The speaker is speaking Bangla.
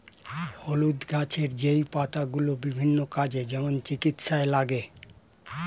হলুদ গাছের যেই পাতা সেগুলো বিভিন্ন কাজে, যেমন চিকিৎসায় লাগে